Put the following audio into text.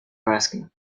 asking